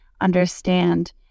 understand